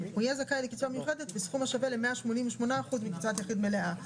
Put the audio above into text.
הוא יהיה זכאי לקצבה מיוחדת בסכום השווה ל-188% מקצבת יחיד מלאה.